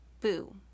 Boo